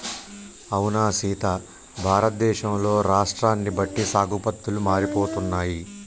అవునా సీత భారతదేశంలో రాష్ట్రాన్ని బట్టి సాగు పద్దతులు మారిపోతున్నాయి